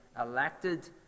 elected